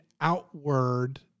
outward